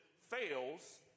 fails